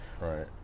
Right